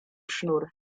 sznur